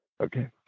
Okay